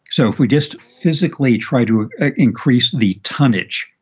so if we just physically try to increase the tonnage,